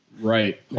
Right